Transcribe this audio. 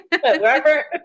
Wherever